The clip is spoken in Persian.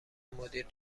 مدیر